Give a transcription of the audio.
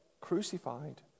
crucified